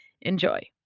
Enjoy